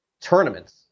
tournaments